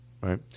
right